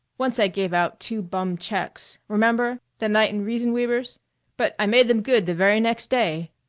once i gave out two bum checks remember? that night in reisenweber's but i made them good the very next day.